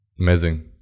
Amazing